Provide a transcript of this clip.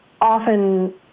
often